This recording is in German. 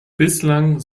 bislang